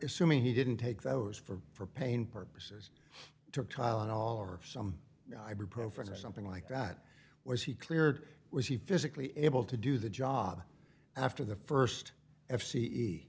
assuming he didn't take those for for pain purposes took tylenol or some ibuprofen or something like that where he cleared was he physically able to do the job after the first